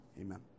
Amen